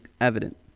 evident